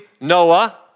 Noah